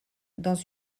dans